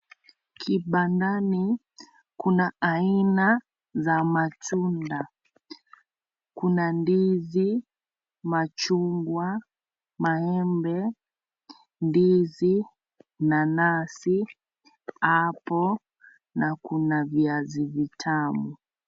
Kibandani kuna aina za matunda; kuna ndizi, machungwa, maembe , ndizi, nanasi,(CS) apple (CS) na Kuna viazi vitamu .